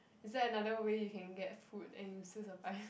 is there another way you can get food and you still survive